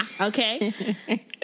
Okay